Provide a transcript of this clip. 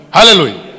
Hallelujah